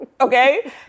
Okay